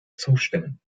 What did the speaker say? zustimmen